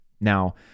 Now